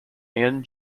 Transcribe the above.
anne